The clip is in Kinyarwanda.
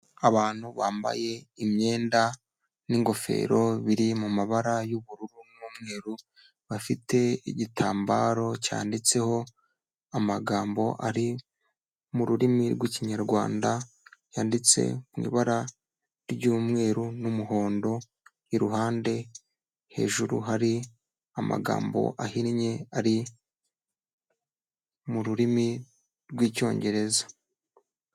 Abantu bambaye imyenda n'ingofero biri mu mabara y'ubururu n'umweru bafite igitambaro cyanditseho amagambo ari mu rurimi rw'ikinyarwanda yanditse mu ibara ry'umweru n'umuhondo iruhande hejuru hari amagambo ahinnye ari mu rurimi rw'icyongereza.